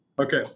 Okay